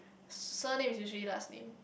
surname is usually last name